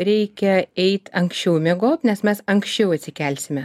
reikia eit anksčiau miegot nes mes anksčiau atsikelsime